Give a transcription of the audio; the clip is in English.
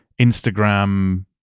instagram